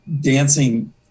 dancing